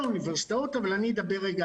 באוניברסיטה הפתוחה נבחנים מדי סמסטר